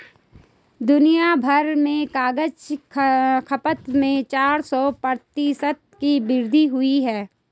दुनियाभर में कागज की खपत में चार सौ प्रतिशत की वृद्धि हुई है